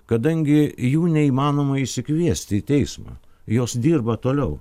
kadangi jų neįmanoma išsikviesti į teismą jos dirba toliau